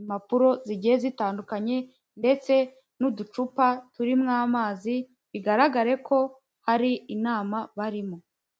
impapuro zigiye zitandukanye ndetse n'uducupa turimo amazi, bigaragare ko hari inama barimo.